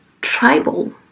tribal